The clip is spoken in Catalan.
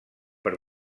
per